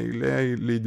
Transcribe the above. eilėj leidi